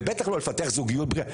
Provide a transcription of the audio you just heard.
ובטח לא לפתח זוגיות בריאה?